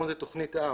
קוראים לזה תוכנית האב.